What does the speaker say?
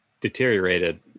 deteriorated